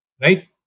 right